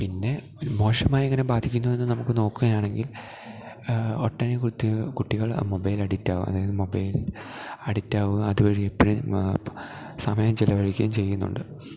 പിന്നെ മോശമായി എങ്ങനെ ബാധിക്കുന്നു എന്ന് നമുക്ക് നോക്കുകയാണെങ്കിൽ ഒട്ടനവധി കുട്ടികൾ മൊബൈൽ അഡിക്റ്റ് ആവുക അതായത് മൊബൈൽ അഡിക്റ്റ് ആവുക അതുവഴി എപ്പോഴും സമയം ചെലവഴിക്കുകയും ചെയ്യുന്നുണ്ട്